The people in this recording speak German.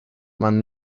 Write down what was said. man